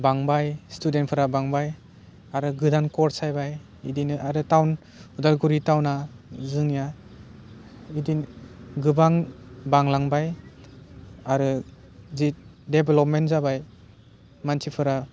बांबाय स्टुडेन्टफोरा बांबाय आरो गोदान कर्स हैबाय इदिनो आरो टाउन अदालगुरि टाउना जोंनिया बिदि गोबां बांलांबाय आरो जि डेभ्लपमेन्ट जाबाय मानसिफोरा